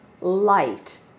light